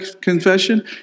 confession